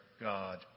God